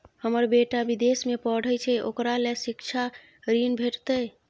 हमर बेटा विदेश में पढै छै ओकरा ले शिक्षा ऋण भेटतै?